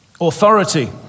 authority